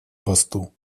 посту